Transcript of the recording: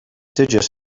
digit